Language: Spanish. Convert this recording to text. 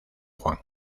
juan